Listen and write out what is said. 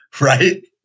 right